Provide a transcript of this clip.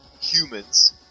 humans